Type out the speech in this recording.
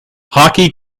hockey